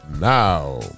now